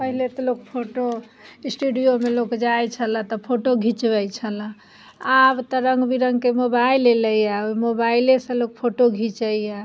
पहिले तऽ लोक फोटो स्टूडिओमे लोक जाइ छलै तऽ फोटो घिचबै छलै आब तऽ रङ्गबिरङ्गके मोबाइल अएलैए ओहि मोबाइलेसँ लोक फोटो घिचैए